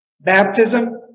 baptism